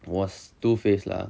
was two-face lah